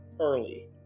early